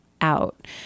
out